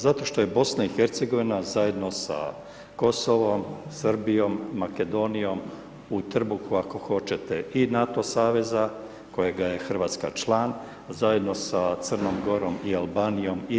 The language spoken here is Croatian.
Zato što je BiH zajedno sa Kosovom, Srbijom, Makedonijom, u trbuhu ako hoćete i NATO saveza kojega je Hrvatska član zajedno sa Crnom Gorom i Albanijom i EU.